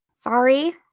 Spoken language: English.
Sorry